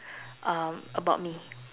um about me